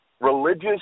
religious